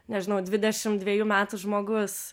nežinau dvidešim dvejų metų žmogus